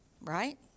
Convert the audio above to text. right